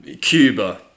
Cuba